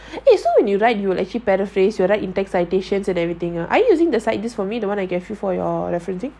eh so when you write you will actually paraphrase whether in text citations and everything ah are you using the side disks for me the one I gave you for your referencing